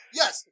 yes